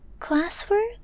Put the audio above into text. Classwork